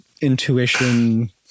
intuition